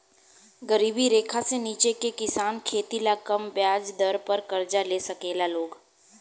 गरीबी रेखा से नीचे के किसान खेती ला कम ब्याज दर पर कर्जा ले साकेला लोग